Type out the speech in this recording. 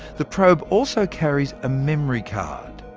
the probe also carries a memory card,